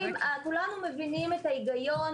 כמה נכנסים, אגב.